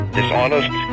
dishonest